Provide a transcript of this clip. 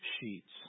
sheets